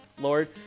Lord